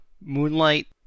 Moonlight